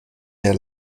der